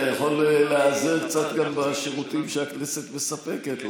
אתה יכול גם להיעזר קצת בשירותים שהכנסת מספקת,